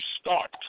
start